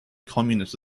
communist